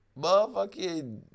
motherfucking